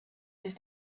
his